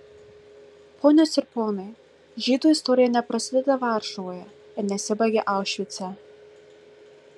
ponios ir ponai žydų istorija neprasideda varšuvoje ir nesibaigia aušvice